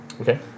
Okay